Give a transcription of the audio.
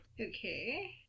Okay